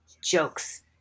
jokes